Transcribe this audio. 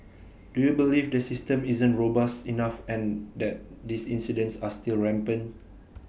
do you believe the system isn't robust enough and that these incidents are still rampant